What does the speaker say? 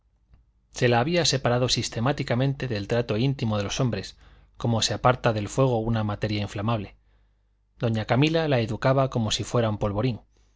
se la había separado sistemáticamente del trato íntimo de los hombres como se aparta del fuego una materia inflamable doña camila la educaba como si fuera un polvorín